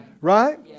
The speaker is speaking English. right